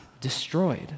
destroyed